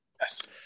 Yes